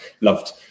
loved